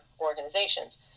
organizations